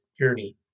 journey